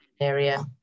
area